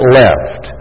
left